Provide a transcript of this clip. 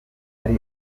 ari